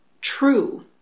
true